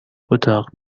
اتاق